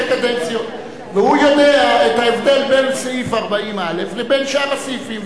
קדנציות והוא יודע את ההבדל בין סעיף 40א לבין שאר הסעיפים.